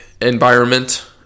environment